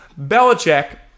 Belichick